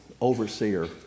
overseer